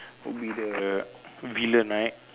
would be the villain right